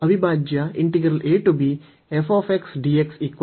ಅವಿಭಾಜ್ಯ